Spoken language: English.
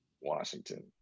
Washington